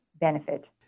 benefit